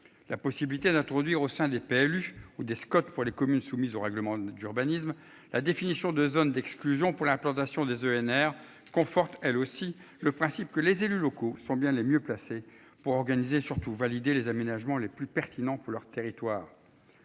La possibilité d'introduire au sein des PLU ou des Scott pour les communes soumises au règlement d'urbanisme. La définition de zones d'exclusion pour l'implantation des ENR conforte elle aussi le principe que les élus locaux sont bien les mieux placés pour organiser surtout validé les aménagements, les plus pertinents pour leur territoire.